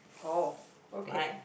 oh okay